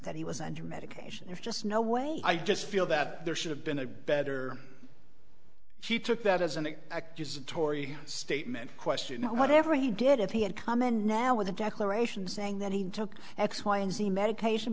that he was under medication there's just no way i just feel that there should have been a better he took that as an accusatory statement question whatever he did if he had come in now with a declaration saying that he took x y and z medication